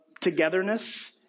togetherness